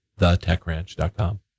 thetechranch.com